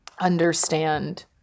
understand